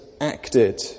acted